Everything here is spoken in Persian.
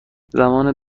زمان